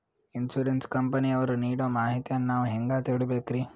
Insurance ಕಂಪನಿಯವರು ನೀಡೋ ಮಾಹಿತಿಯನ್ನು ನಾವು ಹೆಂಗಾ ತಿಳಿಬೇಕ್ರಿ?